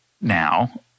now